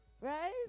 Right